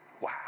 Wow